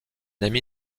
ami